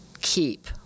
keep